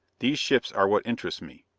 these ships are what interest me.